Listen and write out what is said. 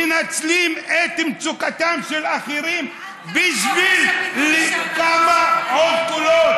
מנצלים את מצוקתם של אחרים בשביל עוד כמה קולות,